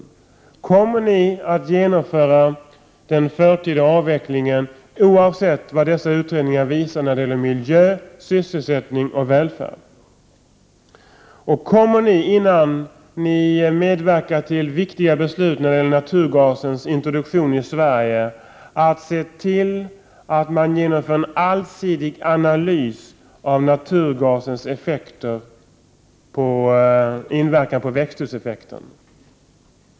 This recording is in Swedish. Vidare skulle jag vilja fråga: Kommer ni alltså att genomföra den förtida avvecklingen, oavsett vad utredningarna utvisar när det gäller miljö, sysselsättning och välfärd? Kommer ni, innan ni medverkar till viktiga beslut om naturgasens introduktion i Sverige, att se till att en allsidig analys genomförs av naturgasens inverkan när det gäller växthuseffekten?